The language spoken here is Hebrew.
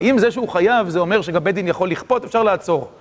אם זה שהוא חייב, זה אומר שגם ביצ דין יכול לכפות, אפשר לעצור.